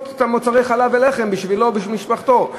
מוצרי חלב ולחם בשבילו ובשביל משפחתו.